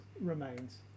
remains